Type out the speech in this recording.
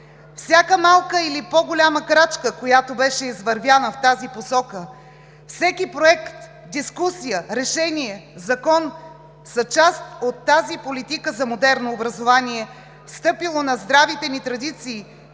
Всяка малка или по-голяма крачка, която беше извървяна в тази посока, всеки проект, дискусия, решение, закон, са част от тази политика за модерно образование, стъпило на здравите ни традиции,